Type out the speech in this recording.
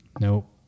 Nope